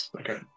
Okay